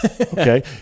okay